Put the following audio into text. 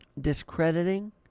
discrediting